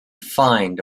find